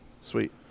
Sweet